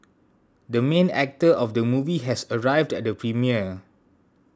the main actor of the movie has arrived at the premiere